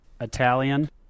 Italian